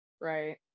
right